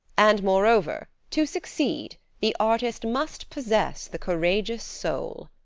and, moreover, to succeed, the artist must possess the courageous soul.